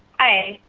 hi.